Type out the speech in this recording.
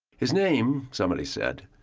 his name, somebody said,